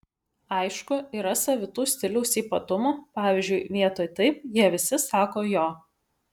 aišku yra savitų stiliaus ypatumų pavyzdžiui vietoj taip jie visi sako jo